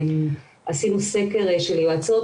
עשינו סקר של יועצות.